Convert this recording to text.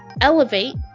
elevate